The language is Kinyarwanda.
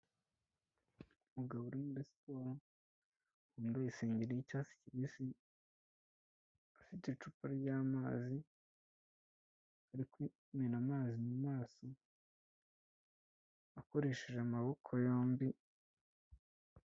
Umugabo uri muri siporo yambayesenge y'icyatsi kibisi afite icupa ry'amazi arikwimena amazi mu maso akoresheje amaboko yombi.